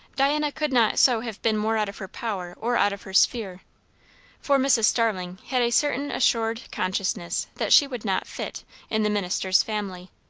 diana could not so have been more out of her power or out of her sphere for mrs. starling had a certain assured consciousness that she would not fit in the minister's family,